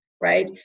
right